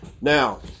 Now